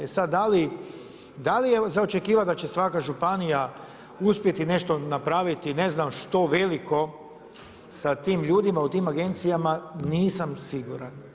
E sad da li je za očekivati da će svaka županija uspjeti nešto napraviti, ne znam što veliko sa tim ljudima u tim agencijama, nisam siguran.